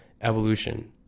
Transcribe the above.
evolution